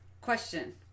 Question